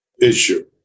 issue